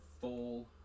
full